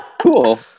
cool